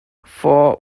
for